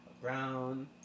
brown